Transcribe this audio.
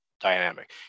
dynamic